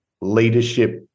leadership